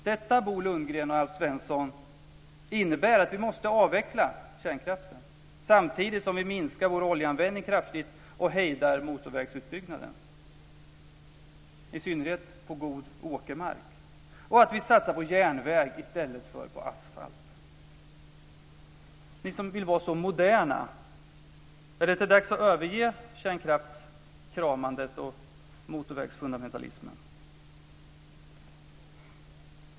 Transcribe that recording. Detta innebär, Bo Lundgren och Alf Svensson, att vi måste avveckla kärnkraften samtidigt som vi minskar vår oljeanvändning kraftigt och hejdar motorvägsutbyggnaden - i synnerhet på god åkermark. Vi måste satsa på järnväg i stället för på asfalt. Ni som vill vara så moderna - är det inte dags att överge kärnkraftskramandet och motorvägsfundamentalismen?